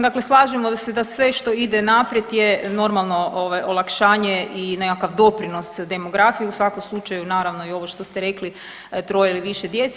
Dakle slažemo se da sve što ide naprijed je normalno ovaj olakšanje i nekakav doprinos demografiji, u svakom slučaju naravno i ovo što ste rekli troje ili više djece.